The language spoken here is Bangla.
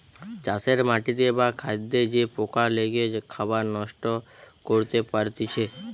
চাষের মাটিতে বা খাদ্যে যে পোকা লেগে খাবার নষ্ট করতে পারতিছে